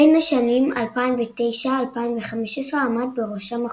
בין השנים 2009–2015 עמד בראש המכון.